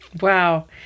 Wow